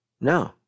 No